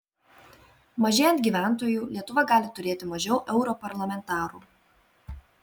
mažėjant gyventojų lietuva gali turėti mažiau europarlamentarų